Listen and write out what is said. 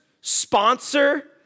sponsor